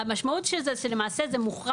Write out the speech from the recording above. המשמעות של זה היא שלמעשה זה מוחרג,